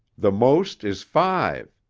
the most is five.